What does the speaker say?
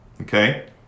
okay